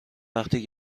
وقتی